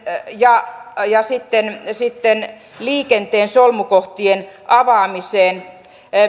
ja sitten sitten liikenteen solmukohtien avaamiseen